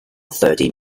thirty